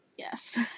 Yes